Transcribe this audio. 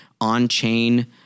on-chain